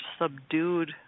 subdued